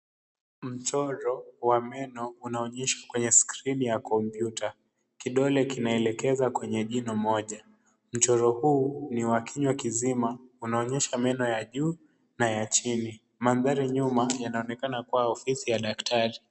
Mchoro wa meno unaonyeshwa kwenye skrini ya kompyuta. Kidole kinaelekeza kwenye jino moja. Mchoro huu ni wa kinywa kizima. Unaonyesha meno ya juu na ya chini. Mandhari nyuma yanaonekana kuwa ni ofisi ya daktari.